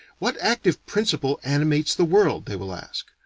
what active principle animates the world, they will ask.